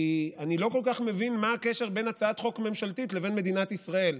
כי אני לא כל כך מבין מה הקשר בין הצעת חוק ממשלתית לבין מדינת ישראל.